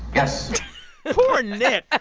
yes poor nick.